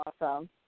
awesome